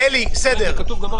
בו.